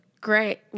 Great